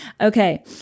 Okay